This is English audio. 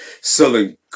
selling